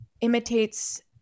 imitates